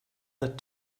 that